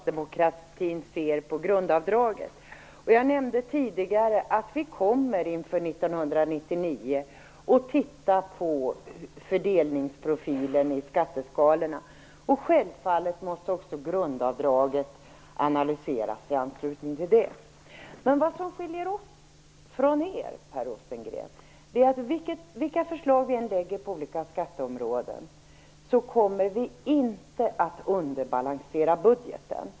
Herr talman. Jag fick en fråga av Per Rosengren om hur socialdemokraterna ser på grundavdraget. Jag nämnde tidigare att vi inför 1999 kommer att titta på fördelningsprofilen i skatteskalorna. Självfallet måste också grundavdraget analyseras i anslutning till det. Vad som skiljer oss från er, Per Rosengren, är att vilka förslag vi än lägger på olika skatteområden kommer vi inte att underbalansera budgeten.